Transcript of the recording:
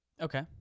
Okay